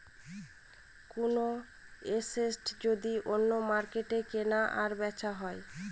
কোনো এসেট যদি অন্য মার্কেটে কেনা আর বেচা হয়